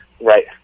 Right